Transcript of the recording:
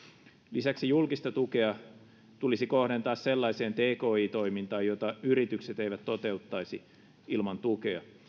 lisäksi julkista tukea tulisi kohdentaa sellaiseen tki toimintaan jota yritykset eivät toteuttaisi ilman tukea